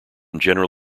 received